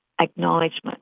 Acknowledgement